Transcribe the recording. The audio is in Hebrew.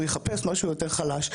הוא יחפש משהו יותר חלש.